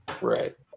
Right